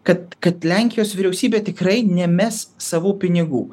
kad kad lenkijos vyriausybė tikrai nemes savų pinigų